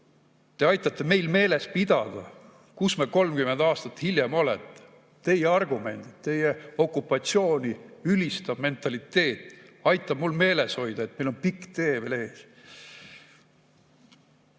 Te aitate meil meeles pidada, kus me 30 aastat hiljem oleme. Teie argumendid, teie okupatsiooni ülistav mentaliteet aitab mul meeles hoida, et meil on pikk tee veel ees.